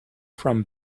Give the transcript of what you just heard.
from